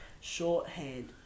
shorthand